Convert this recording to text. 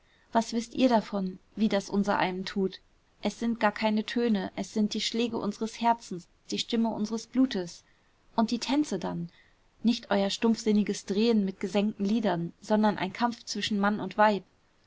was wißt ihr davon wie das unsereinem tut es sind gar keine töne es sind die schläge unseres herzens die stimme unseres blutes und die tänze dann nicht euer stumpfsinniges drehen mit gesenkten lidern sondern ein kampf zwischen mann und weib